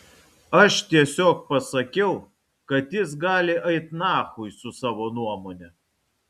aš tiesiog pasakiau kad jis gali eit nachui su savo nuomone